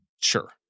Sure